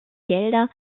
gelder